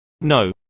No